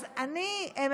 אז אני מבקשת.